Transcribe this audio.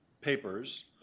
papers